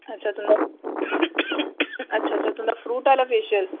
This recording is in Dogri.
अच्छा तुं'दा अच्छा ते तुं'दा फ्रूट आह्ला फेशियल